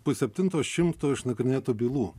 pusseptinto šimto išnagrinėtų bylų